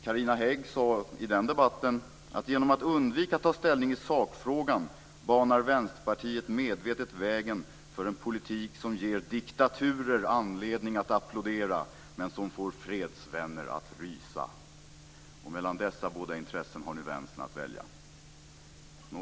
Carina Hägg sade i den debatten att genom att undvika att ta ställning i sakfrågan banar Vänsterpartiet medvetet vägen för en politik som ger diktaturer anledning att applådera, men som får fredsvänner att rysa. Mellan dessa båda intressen har nu Vänstern att välja, menade hon.